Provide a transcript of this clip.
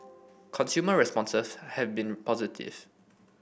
consumer responses have been positive